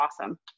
awesome